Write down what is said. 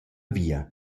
via